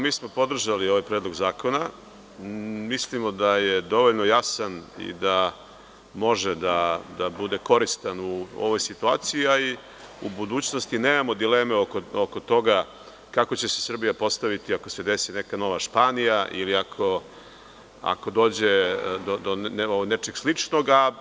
Mi smo podržali ovaj Predlog zakona, mislimo da je dovoljno jasan i da može da bude koristan u ovoj situaciji, a i u budućnosti nemamo dileme oko toga kako će se Srbija postaviti ako se desi neka nova Španija ili ako dođe do nečega sličnoga.